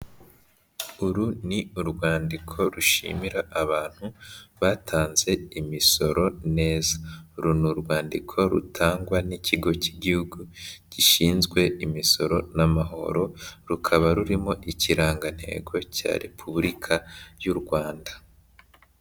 Uru ni urwandiko rushimira abantu batanze imisoro neza. Uru ni urwandiko rutangwa n'Ikigo cy'Igihugu gishinzwe Imisoro n'Amahoro, rukaba rurimo ikirangantego cya Repubulika y'u Rwanda.